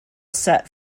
set